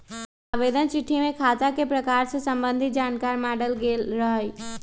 आवेदन चिट्ठी में खता के प्रकार से संबंधित जानकार माङल गेल रहइ